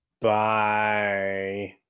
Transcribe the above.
Bye